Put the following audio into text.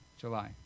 July